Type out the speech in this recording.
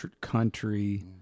Country